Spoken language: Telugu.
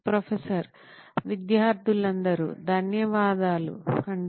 ప్రొఫెసర్ విద్యార్థులందరూ ధన్యవాదాలు అండి